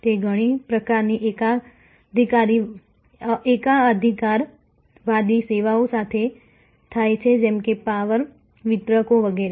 તે ઘણી પ્રકારની એકાધિકારવાદી સેવાઓ સાથે થાય છે જેમ કે પાવર વિતરકો વગેરે